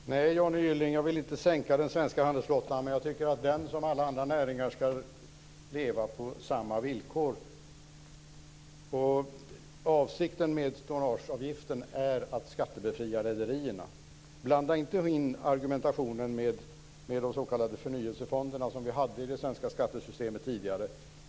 Fru talman! Nej, Johnny Gylling, jag vill inte sänka den svenska handelsflottan, men jag tycker att den, som alla andra näringar, ska leva på lika villkor. Avsikten med tonnageavgiften är att skattebefria rederierna. Blanda inte in i argumentationen de s.k. förnyelsefonderna som vi hade tidigare i det svenska skattesystemet.